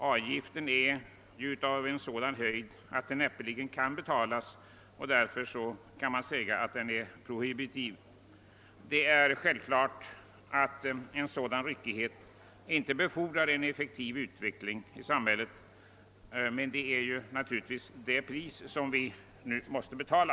Avgiften har ju en sådan höjd att den näppeligen kan betalas. Den kan därför sägas vara rent prohibitiv. Självfallet kan en sådan ryckighet inte befordra en effektiv utveckling i samhället. Den innebär emellertid ett pris som vi nu måste betala.